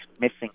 missing